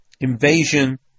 invasion